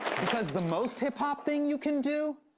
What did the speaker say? because the most hip-hop thing you can do.